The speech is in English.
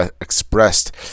Expressed